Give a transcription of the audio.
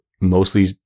mostly